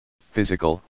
physical